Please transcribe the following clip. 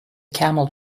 camel